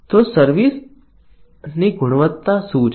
તો સર્વિસ ની ગુણવત્તા શું છે